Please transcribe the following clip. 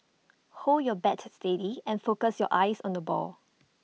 hold your bat steady and focus your eyes on the ball